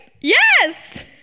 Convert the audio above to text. Yes